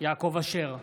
יעקב אשר,